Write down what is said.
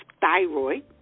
thyroid